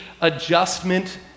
adjustment